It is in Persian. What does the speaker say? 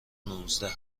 نوزده